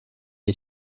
est